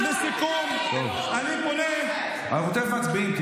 אני פונה בסיכום, אני פונה, אנחנו תכף מצביעים.